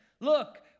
Look